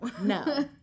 No